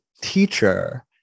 teacher